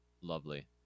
lovely